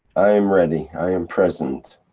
i am ready, i am present.